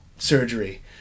Surgery